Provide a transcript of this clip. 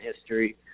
history